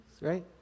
right